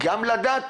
גם לשלוח